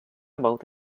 about